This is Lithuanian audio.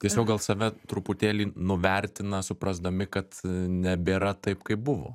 tiesiog gal save truputėlį nuvertina suprasdami kad nebėra taip kaip buvo